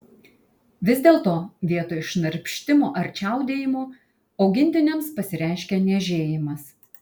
vis dėlto vietoj šnarpštimo ar čiaudėjimo augintiniams pasireiškia niežėjimas